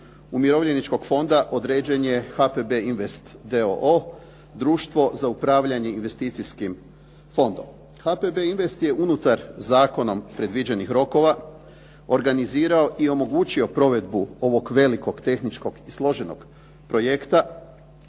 umirovljeničkog fonda određen je HPB invest d.o.o., društvo za upravljanje investicijskim fondom. HPB invest je unutar zakonom predviđenih rokova organizirao i omogućio provedbu ovog velikog tehničkog i složenog projekta